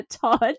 todd